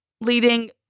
leading